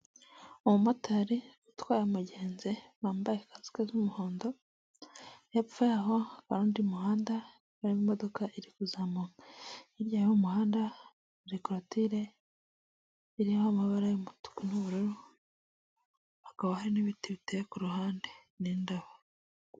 Umumotari utwaye umugenzi bambaye kasike z'umuhondo, hepfo y'aho hari undi muhanda harimo imodoka iri kuzamuka, hirya y'umuhanda hari kolotire irimo amabara y'umutuku n'ubururu, hakaba hari n'ibiti biteye ku ruhande n'indabo.